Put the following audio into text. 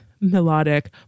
melodic